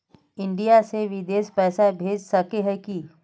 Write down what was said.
India से बिदेश पैसा भेज सके है की?